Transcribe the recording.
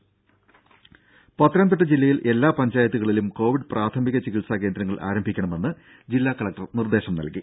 ദ്ദേ പത്തനംതിട്ട ജില്ലയിൽ എല്ലാ പഞ്ചായത്തുകളിലും കോവിഡ് പ്രാഥമിക ചികിത്സാ കേന്ദ്രങ്ങൾ ആരംഭിക്കണമെന്ന് ജില്ലാ കലക്ടർ നിർദേശം നൽകി